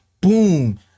Boom